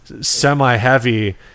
semi-heavy